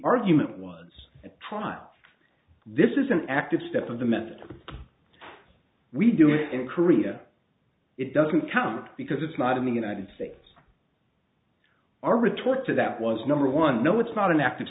argument was at trial this is an active step of the method we do it in korea it doesn't count because it's not in the united states our retort to that was number one no it's not an active